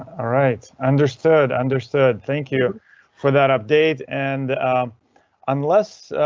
alright, understood, understood. thank you for that update and unless.